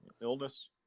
Illness